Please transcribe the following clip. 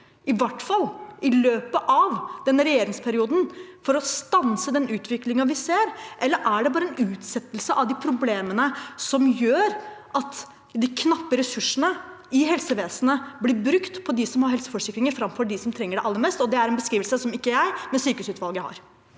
i hvert fall i løpet av denne regjeringsperioden, for å stanse den utviklingen vi ser? Eller er det bare en utsettelse av de problemene som gjør at de knappe ressursene i helsevesenet blir brukt på dem som har helseforsikringer, framfor på dem som trenger det aller mest? Det er en beskrivelse som ikke kommer fra meg, men fra